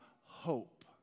hope